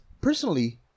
personally